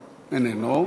איננו.